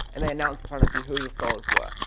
and they announce in front of you who the scholars were.